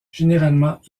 généralement